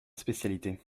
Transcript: spécialité